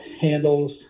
handles